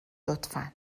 لطفا